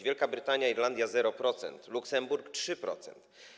Wielka Brytania, Irlandia - 0%, Luksemburg - 3%.